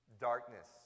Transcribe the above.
Darkness